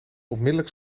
onmiddellijk